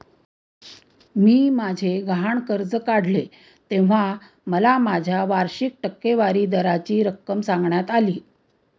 मी माझे गहाण कर्ज काढले तेव्हा मला माझ्या वार्षिक टक्केवारी दराची रक्कम सांगण्यात आली